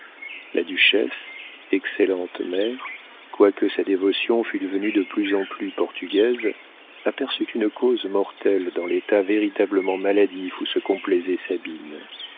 la duchesse excellente mère quoique sa dévotion fût devenue de plus en plus portugaise aperçut une cause mortelle dans l'état véritablement maladif où se complaisait sabine